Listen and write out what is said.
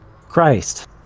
Christ